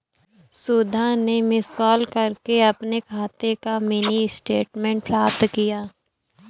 सुधा ने miss call करके अपने खाते का मिनी स्टेटमेंट प्राप्त किया